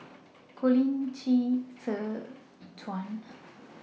Colin Qi Zhe Quan